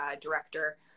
director